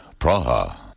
Praha